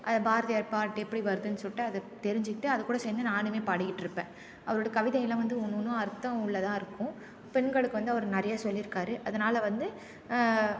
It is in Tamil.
அதை பாரதியார் பாட்டு எப்படி வருதுன்னு சொல்லிட்டு அதை தெரிஞ்சிக்கிட்டு அதுகூட சேர்ந்து நானுமே பாடிக்கிட்டுருப்பேன் அவரோட கவிதை எல்லாம் வந்து ஒன்று ஒன்றும் அர்த்தம் உள்ளதாக இருக்கும் பெண்களுக்கு வந்து அவர் நிறைய சொல்லியிருக்காரு அதனால் வந்து